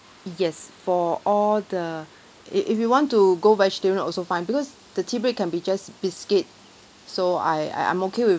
yes for all the if if you want to go vegetarian also fine because the tea break can be just biscuit so I I I'm okay with